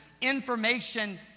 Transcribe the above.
Information